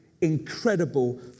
incredible